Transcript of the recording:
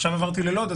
אבל המתודולוגיה הזאת